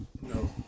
No